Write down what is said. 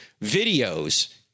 videos